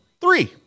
three